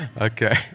Okay